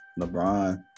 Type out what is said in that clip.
LeBron